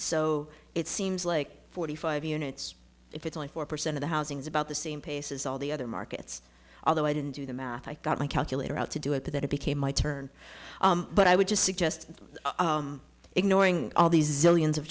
so it seems like forty five units if it's only four percent of the housing is about the same pace as all the other markets although i didn't do the math i got my calculator out to do it that it became my turn but i would just suggest ignoring all these zillions of